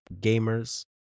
Gamers